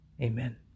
amen